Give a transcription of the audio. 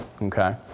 Okay